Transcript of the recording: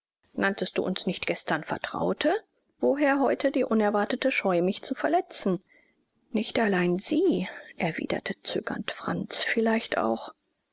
nanntest du uns nicht gestern vertraute woher heute die unerwartete scheu mich zu verletzen nicht allein sie erwiderte zögernd franz vielleicht auch